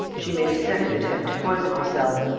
she made a second attempt to poison herself.